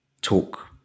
talk